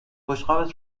بشقابت